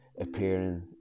appearing